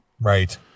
Right